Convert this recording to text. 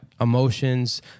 emotions